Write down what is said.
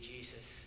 Jesus